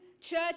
church